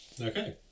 Okay